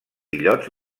illots